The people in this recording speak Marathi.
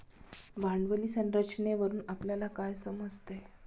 भांडवली संरचनेवरून आपल्याला काय समजते?